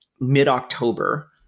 mid-October